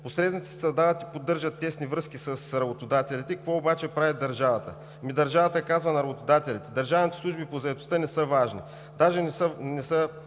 Посредниците създават и поддържат тесни връзки с работодателите, какво обаче прави държавата? Държавата казва на работодателите: „Държавните служби по заетостта не са важни.